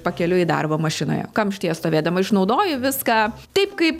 pakeliui į darbą mašinoje kamštyje stovėdama išnaudoju viską taip kaip